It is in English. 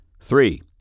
Three